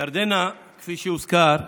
ירדנה, כפי שהוזכר,